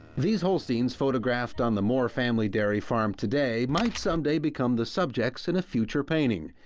these holsteins photographed on the mohr family dairy farm today might someday become the subjects in a future painting.